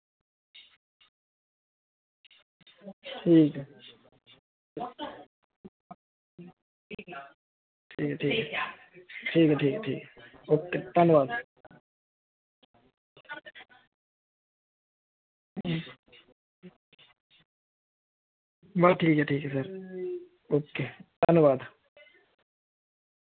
ठीक ठीक ठीक ठीक ऐ ओके धन्नवाद जी चलो ठीक ऐ ठीक ऐ सर ओके धन्नवाद